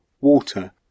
water